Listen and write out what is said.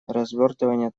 развертывания